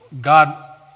God